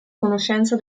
conoscenza